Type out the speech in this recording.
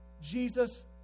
Jesus